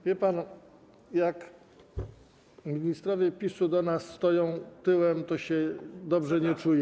Wie pan, jak ministrowie PiS-u do nas stoją tyłem, to się dobrze nie czujemy.